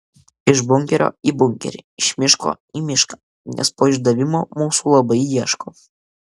iš bunkerio į bunkerį iš miško į mišką nes po išdavimo mūsų labai ieško